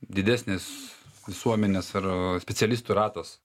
didesnis visuomenės ar specialistų ratas